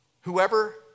Whoever